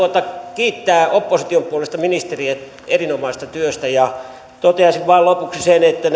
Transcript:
kiittää opposition puolesta ministeriä erinomaisesta työstä ja toteaisin vain lopuksi sen että